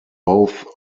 both